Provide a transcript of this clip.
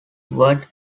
word